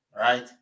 right